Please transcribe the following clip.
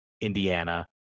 Indiana